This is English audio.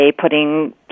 putting